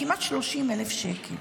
כמעט 30,000 שקל.